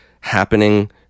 happening